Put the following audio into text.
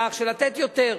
לתת יותר.